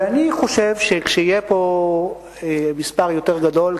ואני חושב שכשיהיה פה מספר יותר גדול,